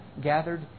gathered